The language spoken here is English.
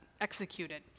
executed